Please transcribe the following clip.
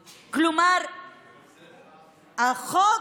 כלומר, החוק,